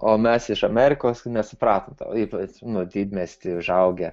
o mes iš amerikos nesupratom ypač nu didmiesty užaugę